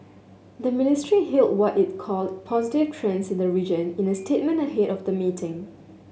the ministry hailed what it called positive trends in the region in the statement ahead of the meeting